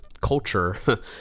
culture